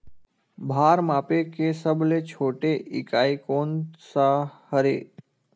भार मापे के सबले छोटे इकाई कोन सा हरे?